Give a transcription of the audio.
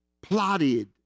plotted